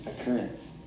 occurrence